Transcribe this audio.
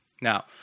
Now